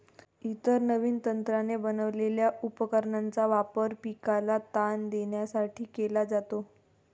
इतर नवीन तंत्राने बनवलेल्या उपकरणांचा वापर पिकाला ताण देण्यासाठी केला जातो